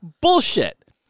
Bullshit